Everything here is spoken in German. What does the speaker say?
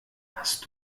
hast